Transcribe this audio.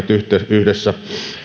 yhdessä